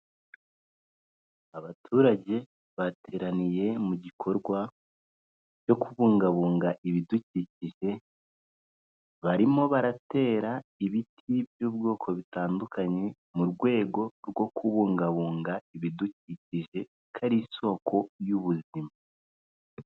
Abaturage bateraniye mu gikorwa cyo kubungabunga ibidukikije, barimo baratera ibiti by'ubwoko butandukanye, mu rwego rwo kubungabunga ibidukikije kuko ari isoko y'ubuzima.